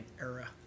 era